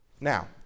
Now